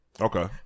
Okay